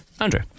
Andrew